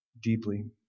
deeply